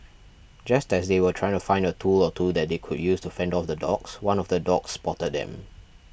just as they were trying to find a tool or two that they could use to fend off the dogs one of the dogs spotted them